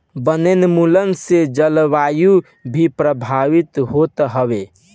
वनोंन्मुलन से जलवायु भी प्रभावित होत हवे